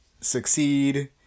succeed